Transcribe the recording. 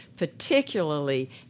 particularly